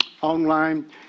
online